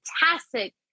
fantastic